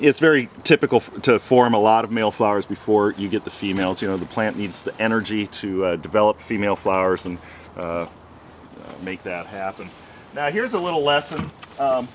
it's very typical to form a lot of male flowers before you get the females you know the plant needs the energy to develop female flowers and make that happen now here's a little lesson